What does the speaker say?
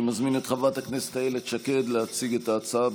אני מזמין את חברת הכנסת איילת שקד להציג את ההצעה,